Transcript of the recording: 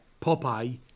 popeye